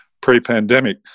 pre-pandemic